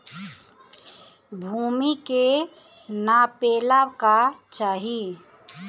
भूमि के नापेला का चाही?